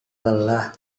lelah